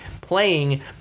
playing